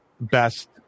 best